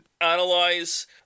analyze